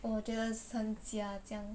我觉得这样